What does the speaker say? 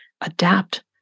adapt